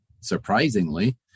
surprisingly